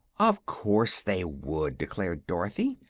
of course they would! declared dorothy.